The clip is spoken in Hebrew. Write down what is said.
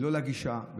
לא לגישה,